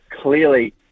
clearly